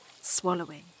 swallowing